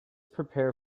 prepare